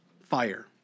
fire